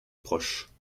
proche